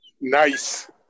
Nice